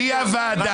עורך